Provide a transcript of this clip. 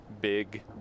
big